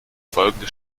folgende